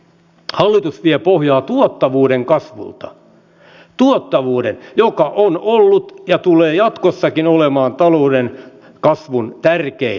hallitus vie pohjaa tuottavuuden kasvulta tuottavuuden joka on ollut ja tulee jatkossakin olemaan talouden kasvun tärkein tekijä